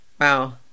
Wow